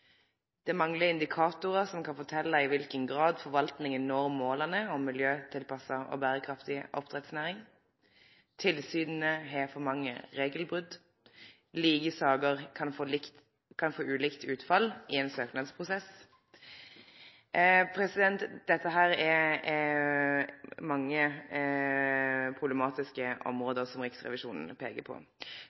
oppdrettsnæringa. Det manglar indikatorar som kan fortelje i kva grad forvaltninga når måla om måltilpassa og berekraftig oppdrettsnæring, tilsyna har for mange regelbrot, like saker kan få ulikt utfall i ein søknadsprosess. Riksrevisjonen peiker på